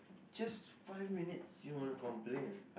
just five minutes you want to complain